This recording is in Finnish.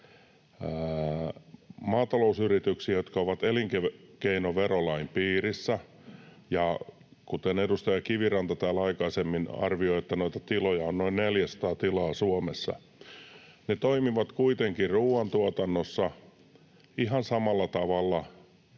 maatalousyrityksiä, jotka ovat elinkeinoverolain piirissä. Kuten edustaja Kiviranta täällä aikaisemmin arvioi, noita tiloja on Suomessa noin 400. Ne toimivat kuitenkin ruuantuotannossa ihan samalla tavalla